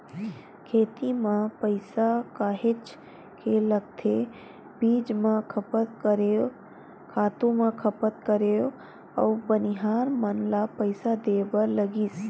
खेती म पइसा काहेच के लगथे बीज म खपत करेंव, खातू म खपत करेंव अउ बनिहार मन ल पइसा देय बर लगिस